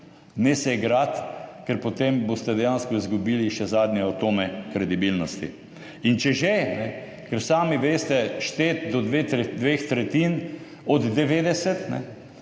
ne se igrati, ker potem boste dejansko izgubili še zadnje atome kredibilnosti. In če že ne, ker sami veste, šteti do dveh tretjin od 90